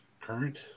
Current